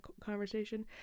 conversation